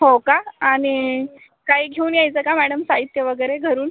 हो का आणि काही घेऊन यायचं का मॅडम साहित्य वगैरे घरून